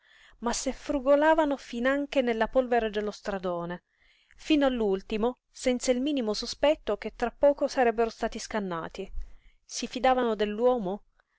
ma se frugolavano finanche nella polvere dello stradone fino all'ultimo senza il minimo sospetto che tra poco sarebbero stati scannati si fidavano